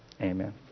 Amen